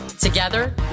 Together